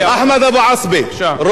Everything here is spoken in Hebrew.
ראש המועצה ג'ת,